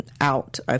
out